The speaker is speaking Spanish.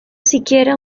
siquiera